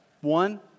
One